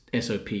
SOP